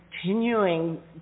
continuing